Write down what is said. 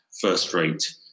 first-rate